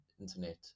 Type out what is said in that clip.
internet